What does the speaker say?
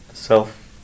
Self